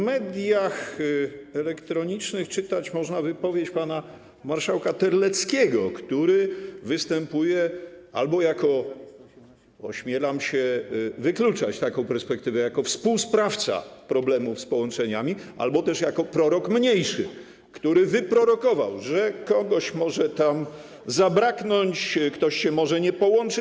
W mediach elektronicznych czytać można wypowiedź pana marszałka Terleckiego, który występuje albo jako - ośmielam się wykluczać taką perspektywę - współsprawca problemów z połączeniami, albo też jako prorok mniejszy, który wyprorokował, że kogoś może tam zabraknąć, ktoś się może nie połączy.